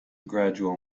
gradual